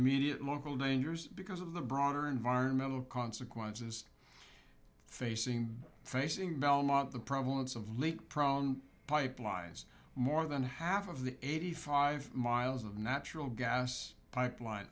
immediate moral dangers because of the broader environmental consequences facing facing belmont the problems of lake prone pipelines more than half of the eighty five miles of natural gas pipeline